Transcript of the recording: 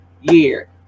year